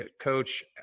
coach